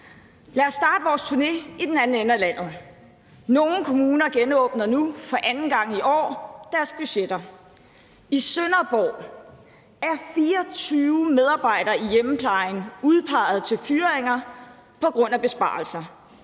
Lad os starte vores turné i den anden ende af landet. Nogle kommuner genåbner nu for anden gang i år deres budgetter. I Sønderborg er 24 medarbejdere i hjemmeplejen udpeget til fyringer på grund af besparelser,